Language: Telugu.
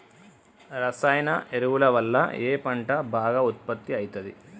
రసాయన ఎరువుల వల్ల ఏ పంట బాగా ఉత్పత్తి అయితది?